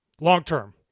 long-term